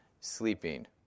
sleeping